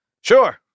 Sure